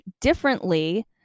differently